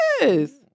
Yes